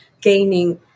gaining